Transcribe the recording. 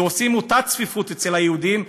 ועושים אותה צפיפות כמו אצל היהודים,